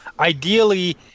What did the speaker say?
Ideally